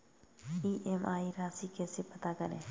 EMI राशि कैसे पता करें?